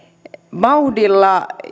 vauhdilla